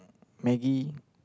maggie